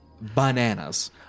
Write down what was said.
bananas